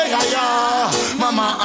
Mama